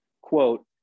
quote